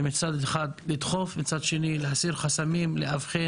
מסלול בטוח בהובלתו של חבר הכנסת וסגן השר לביטחון פנים יואב סגלוביץ'.